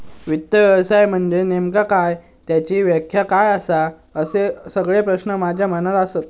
वित्त व्यवसाय म्हनजे नेमका काय? त्याची व्याख्या काय आसा? असे सगळे प्रश्न माझ्या मनात आसत